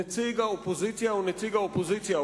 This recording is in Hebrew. נציג האופוזיציה הוא נציג האופוזיציה,